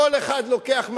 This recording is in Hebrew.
כל אחד לוקח,